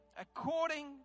According